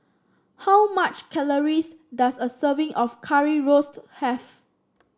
how much calories does a serving of Currywurst have